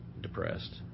depressed